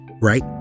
right